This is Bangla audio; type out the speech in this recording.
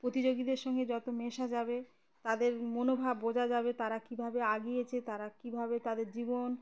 প্রতিযোগীদের সঙ্গে যত মেশা যাবে তাদের মনোভাব বোঝা যাবে তারা কীভাবে এগিয়েছে তারা কীভাবে তাদের জীবন